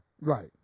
Right